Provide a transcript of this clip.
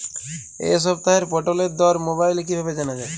এই সপ্তাহের পটলের দর মোবাইলে কিভাবে জানা যায়?